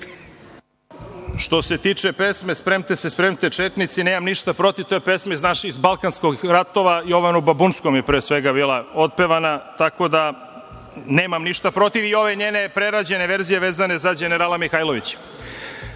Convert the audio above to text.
Što se tiče pesme „Sprem'te se, sprem'te četnici“, nemam ništa protiv, to je pesma iz balkanskih ratova. Jovanu Babunskom je pre svega bila otpevana, tako da nemam ništa protiv, kao ni ove njene prerađene verzije za đenerala Mihajlovića. Tako